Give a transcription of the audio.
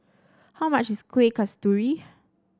how much is Kueh Kasturi